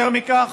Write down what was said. יותר מכך,